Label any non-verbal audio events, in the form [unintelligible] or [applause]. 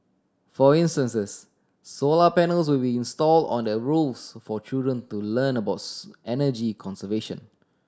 for instances solar panels will be installed on the roofs for children to learn about [unintelligible] energy conservation